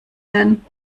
werden